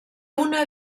una